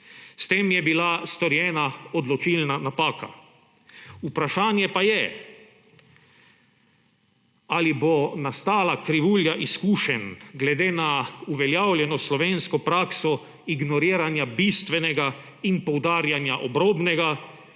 S tem je bila storjena odločilna napaka. Vprašanje pa je, ali bo nastala krivulja izkušenj glede na uveljavljeno slovensko prakso ignoriranja bistvenega in poudarjanja obrobnega